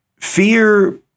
Fear